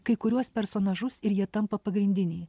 kai kuriuos personažus ir jie tampa pagrindiniai